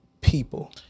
people